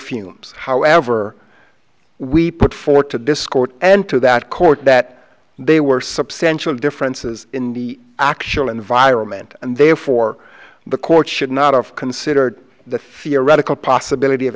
fumes however we put forth to discourse and to that court that they were substantial differences in the actual environment and therefore the court should not have considered the theoretical possibility of